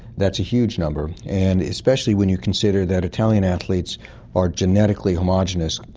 that's a huge number, and especially when you consider that italian athletes are genetically homogenous,